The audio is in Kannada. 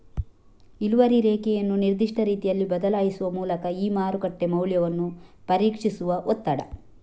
ಇಳುವರಿ ರೇಖೆಯನ್ನು ನಿರ್ದಿಷ್ಟ ರೀತಿಯಲ್ಲಿ ಬದಲಾಯಿಸುವ ಮೂಲಕ ಈ ಮಾರುಕಟ್ಟೆ ಮೌಲ್ಯವನ್ನು ಪರೀಕ್ಷಿಸುವ ಒತ್ತಡ